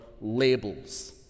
labels